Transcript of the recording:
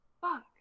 Fuck